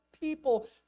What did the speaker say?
people